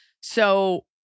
So-